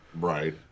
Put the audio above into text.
Right